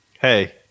hey